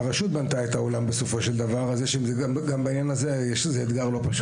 אלא הרשות בנתה אז גם בעניין הזה זה אתגר לא פשוט.